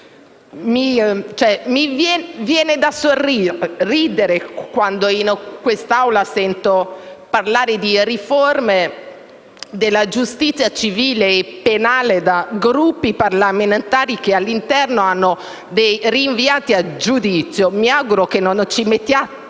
mi viene da sorridere quando in quest'Aula sento parlare di riforma della giustizia civile e penale da Gruppi parlamentari che al loro interno hanno dei rinviati a giudizio. Mi auguro che non ci mettiate